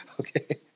okay